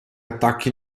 attacchi